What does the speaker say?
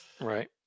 Right